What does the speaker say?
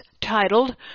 titled